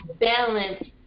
balance